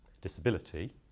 disability